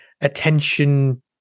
attention